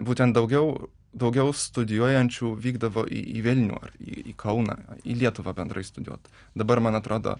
būtent daugiau daugiau studijuojančių vykdavo į į vilnių ar į į kauną į lietuvą bendrai studijuot dabar man atrodo